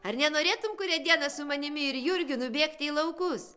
ar nenorėtum kurią dieną su manimi ir jurgiu nubėgti į laukus